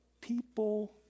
people